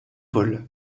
paul